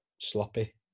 sloppy